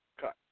Cut